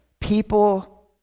people